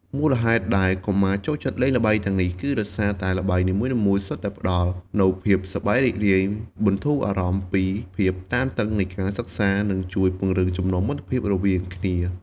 មូលហេតុដែលកុមារចូលចិត្តលេងល្បែងទាំងនេះ គឺដោយសារល្បែងនីមួយៗសុទ្ធតែផ្ដល់នូវភាពសប្បាយរីករាយ បន្ធូរអារម្មណ៍ពីភាពតានតឹងនៃការសិក្សា និងជួយពង្រឹងចំណងមិត្តភាពរវាងគ្នា។